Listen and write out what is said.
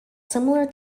similar